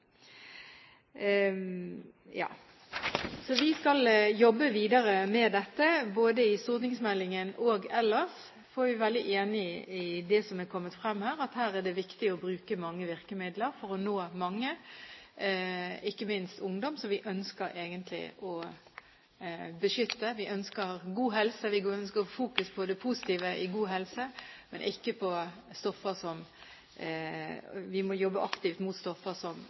og ellers. Vi er veldig enig i det som har kommet fram her, at her er det viktig å bruke mange virkemidler for å nå mange, ikke minst ungdom, som vi egentlig ønsker å beskytte. Vi ønsker god helse, og vi ønsker fokus på det positive i god helse, og vi må jobbe aktivt mot stoffer som